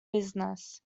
business